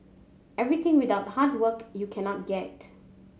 everything without hard work you cannot get